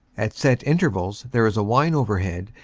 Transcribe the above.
at set intervals there is a whine overhead,